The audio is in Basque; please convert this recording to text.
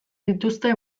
dituzte